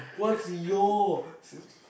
what's your